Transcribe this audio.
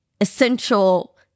essential